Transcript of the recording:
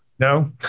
No